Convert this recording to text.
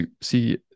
See